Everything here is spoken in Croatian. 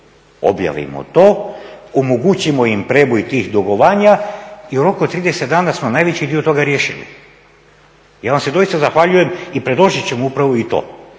Objavimo to, omogućimo im prijeboj tih dugovanja i u roku od 30 dana smo najveći dio toga riješili. Ja vam se doista zahvaljujem i predložit ćemo upravo i to,